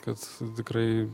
kad tikrai